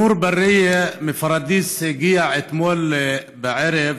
נור ברייה מפוריידיס הגיע אתמול בערב